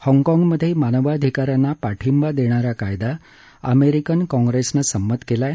हाँगकाँगमधे मानवाधिकारांना पाठिंबा देणारा कायदा अमेरिकन काँप्रेसनं संमत केला आहे